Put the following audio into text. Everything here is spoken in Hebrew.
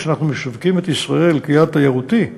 כשאנחנו משווקים את ישראל כיעד תיירותי,